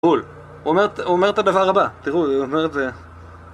בול. הוא אומר את הדבר הבא, תראו, הוא אומר את זה